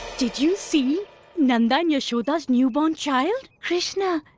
did you see nanda and yashoda's newborn child? krishna!